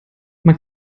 man